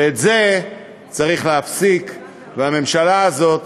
ואת זה צריך להפסיק, והממשלה הזאת